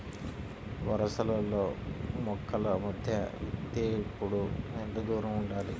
వరసలలో మొక్కల మధ్య విత్తేప్పుడు ఎంతదూరం ఉండాలి?